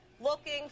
looking